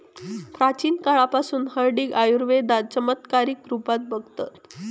प्राचीन काळापासना हळदीक आयुर्वेदात चमत्कारीक रुपात बघतत